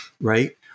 right